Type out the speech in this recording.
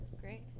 Great